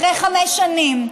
אחרי חמש שנים,